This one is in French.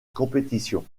compétition